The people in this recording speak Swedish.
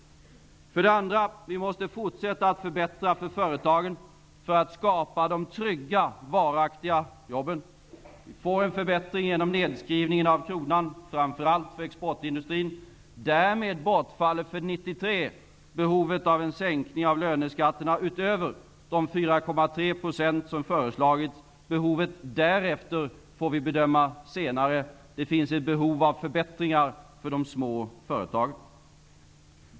För det andra: Vi måste fortsätta att förbättra för företagen för att på så sätt skapa de trygga, varaktiga jobben. Vi måste få till stånd en förbättring genom nedskrivningen av kronan, framför allt för exportindustrin. Därmed bortfaller för 1993 behovet av en sänkning av löneskatterna utöver de 4,3 procentenheter som föreslagits. Behovet därefter får vi bedöma senare. Det finns behov av förbättringar för de små företagen.